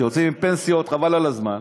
שיוצאים עם פנסיות חבל על הזמן,